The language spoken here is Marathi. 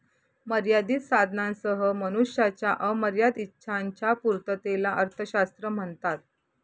मर्यादित साधनांसह मनुष्याच्या अमर्याद इच्छांच्या पूर्ततेला अर्थशास्त्र म्हणतात